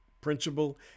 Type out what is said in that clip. principle